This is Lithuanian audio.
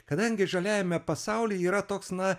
kadangi žaliajame pasauly yra toks na